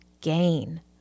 gain